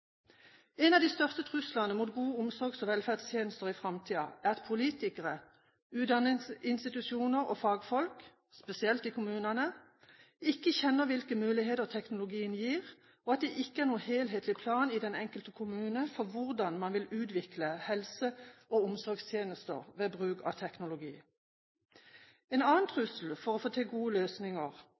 En av de største truslene mot gode omsorgs- og velferdstjenester i framtida er at politikere, utdanningsinstitusjoner og fagfolk, spesielt i kommunene, ikke kjenner hvilke muligheter teknologien gir, og at det ikke er noen helhetlig plan i den enkelte kommune for hvordan man vil utvikle helse- og omsorgstjenester ved bruk av teknologi. En annen trussel mot å få til gode løsninger